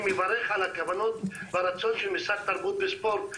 אני מברך על הכוונות ועל הרצון של משרד התרבות והספורט,